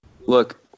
look